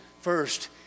first